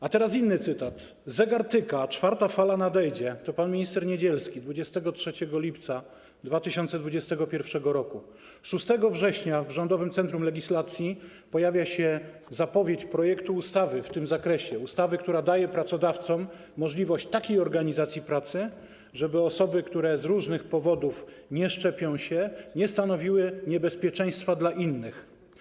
A teraz inny cytat: Zegar tyka, a czwarta fala nadejdzie - to wypowiedź pana ministra Niedzielskiego z 23 lipca 2021 r. 6 września w Rządowym Centrum Legislacji pojawia się zapowiedź projektu ustawy w tym zakresie, ustawy, która daje pracodawcom możliwość takiej organizacji pracy, żeby osoby, które z różnych powodów nie szczepią się, nie stanowiły niebezpieczeństwa dla innych.